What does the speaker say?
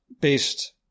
based